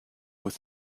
with